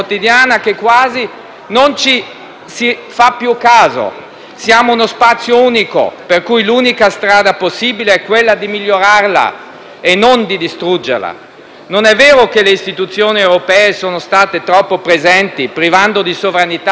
si fa più caso. Siamo uno spazio unico, per cui l'unica strada possibile è quella di migliorarlo e non di distruggerlo. Non è vero che le istituzioni europee sono state troppo presenti, privando di sovranità gli Stati nazionali. Il problema è